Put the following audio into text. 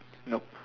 nope